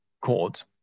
chords